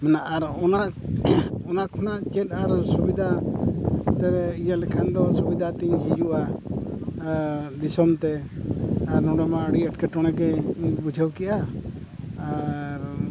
ᱢᱮᱱᱟᱜᱼᱟ ᱟᱨ ᱚᱱᱟ ᱠᱷᱚᱱᱟᱜ ᱪᱮᱫ ᱟᱨ ᱥᱩᱵᱤᱫᱟ ᱛᱮ ᱤᱭᱟᱹ ᱞᱮᱠᱷᱟᱱ ᱫᱚ ᱥᱩᱵᱤᱫᱷᱟ ᱛᱤᱧ ᱦᱤᱡᱩᱜᱼᱟ ᱫᱤᱥᱚᱢ ᱛᱮ ᱟᱨ ᱱᱚᱸᱰᱮᱢᱟ ᱟᱹᱰᱤ ᱮᱴᱠᱮᱴᱚᱬᱮ ᱜᱮ ᱵᱩᱡᱷᱟᱹᱣ ᱠᱮᱜᱼᱟ ᱟᱨ